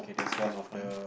looks fine